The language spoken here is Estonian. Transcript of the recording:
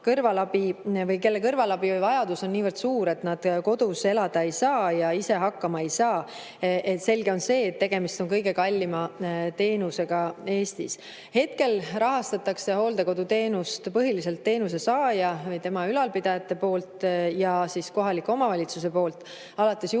inimestele, kelle kõrvalabi vajadus on niivõrd suur, et nad kodus elada ei saa ja ise hakkama ei saa. Selge on see, et tegemist on kõige kallima teenusega Eestis. Hetkel rahastatakse hooldekoduteenust põhiliselt teenusesaaja või tema ülalpidajate poolt ja kohaliku omavalitsuse poolt. Alates juulist,